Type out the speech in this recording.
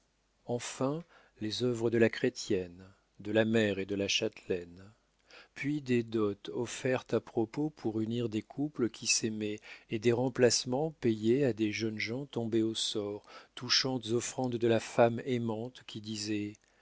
enfin les œuvres de la chrétienne de la mère et de la châtelaine puis des dots offertes à propos pour unir des couples qui s'aimaient et des remplacements payés à des jeunes gens tombés au sort touchantes offrandes de la femme aimante qui disait